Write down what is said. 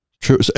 True